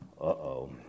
Uh-oh